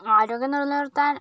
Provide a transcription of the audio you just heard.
ആരോഗ്യം നിലനിര്ത്താന്